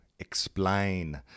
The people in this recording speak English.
explain